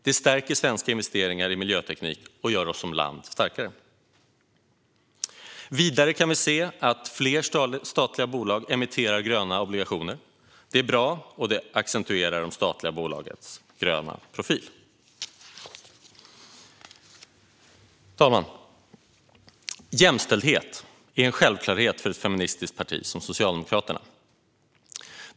Det stärker svenska investeringar i miljöteknik och gör oss som land starkare. Vidare kan vi se att fler statliga bolag emitterar gröna obligationer. Det är bra och accentuerar de statliga bolagens gröna profil. Herr talman! Jämställdhet är en självklarhet för ett feministiskt parti som Socialdemokraterna.